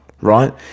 right